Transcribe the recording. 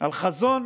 על חזון